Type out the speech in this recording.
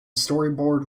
storyboard